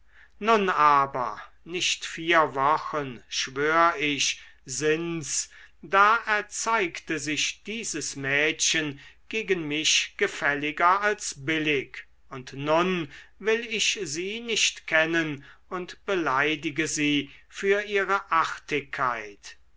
nun aber nicht vier wochen schwör ich sind's da erzeigte sich dieses mädchen gegen mich gefälliger als billig und nun will ich sie nicht kennen und beleidige sie für ihre artigkeit